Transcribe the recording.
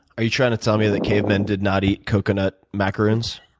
are you trying to tell me that cavemen did not eat coconut macaroons?